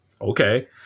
Okay